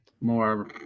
more